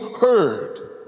heard